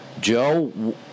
Joe